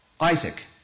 Isaac